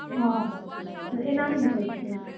हँ तऽ एनाही होइ छै